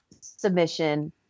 submission